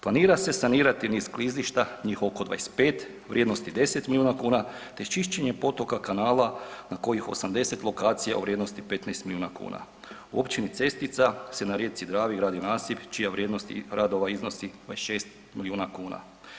Planira se sanirati niz klizišta njih oko 25 vrijednosti 10 miliona kuna te čišćenje potoka, kanala na kojih 80 lokacija u vrijednosti 15 miliona kuna, u općini Cestica se na rijeci Dravi gradi nasip čija vrijednost radova iznosi 26 miliona kuna.